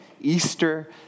Easter